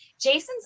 Jason's